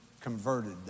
converted